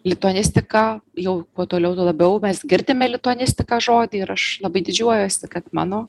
lituanistika jau kuo toliau tuo labiau mes girdime lituanistika žodį ir aš labai didžiuojuosi kad mano